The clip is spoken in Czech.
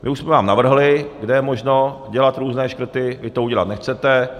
My už jsme vám navrhli, kde je možno dělat různé škrty, vy to udělat nechcete.